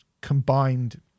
combined